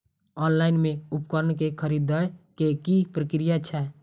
Online मे उपकरण केँ खरीदय केँ की प्रक्रिया छै?